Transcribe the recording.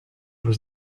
was